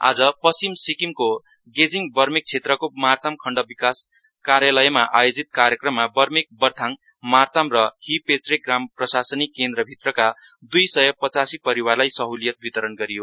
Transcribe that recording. आज पश्चिम जिल्लाको गेजिङ बर्मेक क्षेत्रको मार्ताम खण्ड विकास कार्यालयमा आजोजित कार्यक्रममा बर्मेक बथाङ मार्ताम र हि पेचरेक ग्राम प्रशासनिक केन्द्रभित्रका दुई सय पचासी परिवारलाई सह्लियत वितरण गरियो